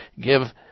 give